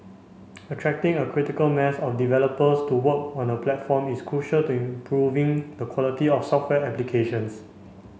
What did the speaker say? attracting a critical mass of developers to work on the platform is crucial to improving the quality of software applications